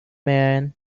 man